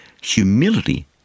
humility